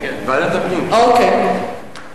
בבקשה.